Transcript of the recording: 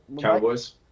Cowboys